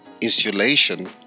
insulation